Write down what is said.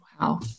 wow